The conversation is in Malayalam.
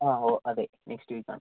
ആ ഓ അതെ നെക്സ്റ്റ് വീക്ക് ആണ്